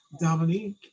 Dominique